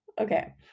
Okay